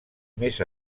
més